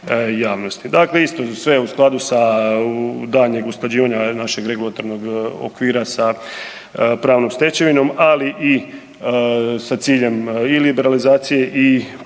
Dakle isto sve u skladu sa daljnjeg usklađivanja našeg regulatornog okvira sa pravnom stečevinom, ali i sa ciljem i liberalizacije i poticanja